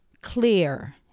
clear